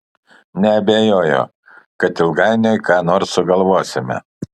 neabejoju kad ilgainiui ką nors sugalvosime